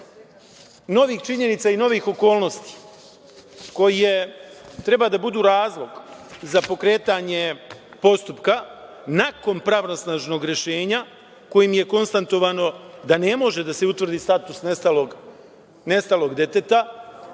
novih činjenica i novih okolnosti koje treba da budu razlog za pokretanje postupka, nakon pravnosnažnog rešenja kojim je konstatovano da ne može da se utvrdi status nestalog deteta,